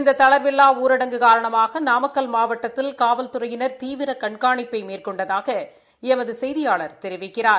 இந்த தளா்வில்லா ஊரடங்கு காரணமாக நாமக்கல் மாவட்டத்தில் காவல்துறையினா் தீவிர கண்காணிப்பை மேற்கொண்டதாக எமது செய்தியாளர் தெரிவிக்கிறார்